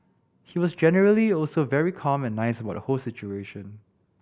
he was generally also very calm and nice about the whole situation